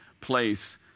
place